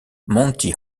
monty